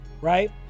right